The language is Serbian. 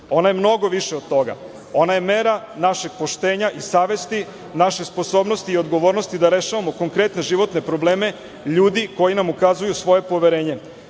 Ona je mnogo više od toga. Ona je mera našeg poštenja i savesti, naše sposobnosti i odgovornosti da rešavamo konkretne životne probleme ljudi koji nam ukazuju svoje poverenje. Očuvanje